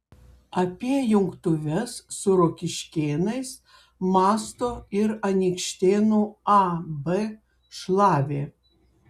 apie jungtuves su rokiškėnais mąsto ir anykštėnų ab šlavė